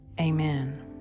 Amen